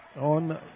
on